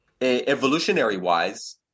evolutionary-wise